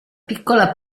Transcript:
piccola